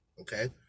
okay